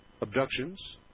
abductions